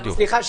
סליחה,